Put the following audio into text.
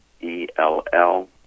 E-L-L